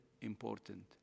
important